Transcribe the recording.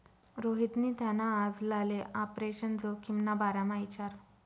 रोहितनी त्याना आजलाले आपरेशन जोखिमना बारामा इचारं